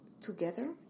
together